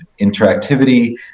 interactivity